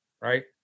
right